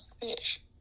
fish